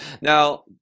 Now